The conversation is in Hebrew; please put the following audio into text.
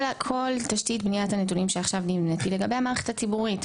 כל תשתית בניית הנתונים שעכשיו נבנית היא לגבי המערכת הציבורית,